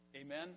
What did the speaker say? Amen